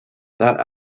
that